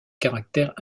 caractère